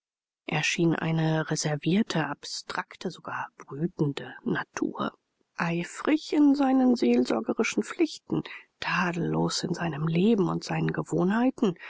schien eine reservierte abstrakte sogar brütende natur eifrig in seinen seelsorgerischen pflichten tadellos in seinem leben und seinen gewohnheiten